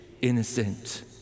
innocent